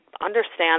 understand